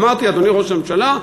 אמרתי: אדוני ראש הממשלה,